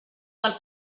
del